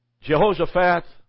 Jehoshaphat